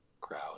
crowd